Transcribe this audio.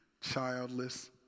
childless